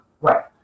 Right